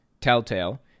telltale